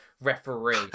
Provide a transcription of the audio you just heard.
referee